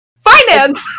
Finance